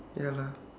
ya lah